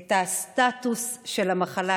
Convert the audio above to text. את הסטטוס של המחלה,